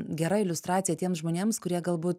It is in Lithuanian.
gera iliustracija tiems žmonėms kurie galbūt